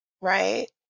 right